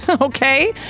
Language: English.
okay